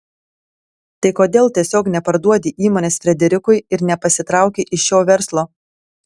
tai kodėl tiesiog neparduodi įmonės frederikui ir nepasitrauki iš šio verslo